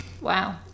Wow